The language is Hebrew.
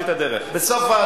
הצעת חוק כבדה,